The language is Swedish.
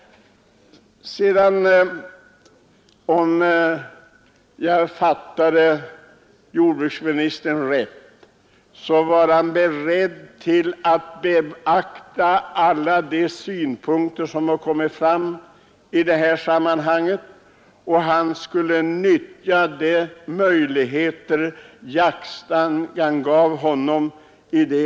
Om jag fattade jordbruksministern rätt var han beredd att beakta alla de synpunkter som har kommit fram i detta sammanhang, och han skulle utnyttja de möjligheter som jaktstadgan ger honom.